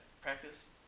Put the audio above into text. practice